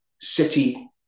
city